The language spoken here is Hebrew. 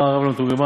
אומר הרב למתורגמן: